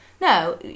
no